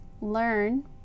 learn